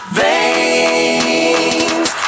veins